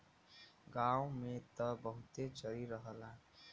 गांव में त बहुते चरी रहला